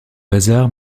hasard